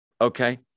okay